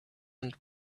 and